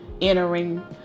entering